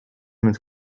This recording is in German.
mit